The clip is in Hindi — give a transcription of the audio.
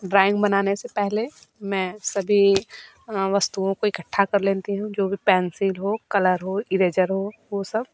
ड्रॉइंग बनाने से पहले मैं सभी वस्तुओं को इकट्ठा कर लेती हूँ क्योंकि पैंसिर हो कलर हो इरेजर हो वो सब